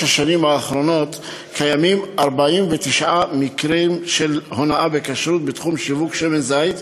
השנים האחרונות נמצאו 49 מקרים של הונאה בכשרות בתחום שיווק שמן זית,